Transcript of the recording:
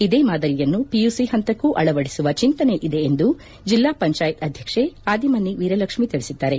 ಇದೇ ಮಾದರಿಯನ್ನು ಪಿಯುಸಿ ಪಂತಕ್ಕೂ ಅಳವಡಿಸುವ ಚಿಂತನೆ ಇದೆ ಎಂದು ಜಿಲ್ಲಾ ಪಂಚಾಯತ್ ಅಧ್ಯಕ್ಷೆ ಆದಿಮನಿ ವೀರಲಕ್ಷ್ಮಿ ತಿಳಿಸಿದ್ದಾರೆ